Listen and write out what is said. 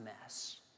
mess